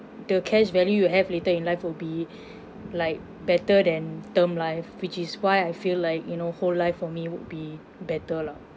the cash value you have later in life will be like better than term life which is why I feel like you know whole life for me would be better lah